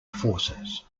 forces